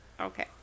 Okay